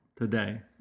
today